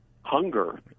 hunger